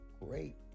great